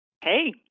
Hey